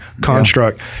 construct